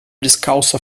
descalça